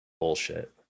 bullshit